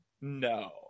no